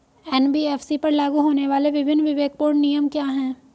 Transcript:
NBFC पर लागू होने वाले विभिन्न विवेकपूर्ण नियम क्या हैं?